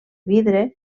vidre